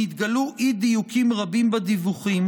נתגלו אי-דיוקים רבים בדיווחים,